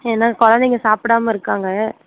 ஏன்னா குழந்தைங்க சாப்பிடாம இருக்காங்க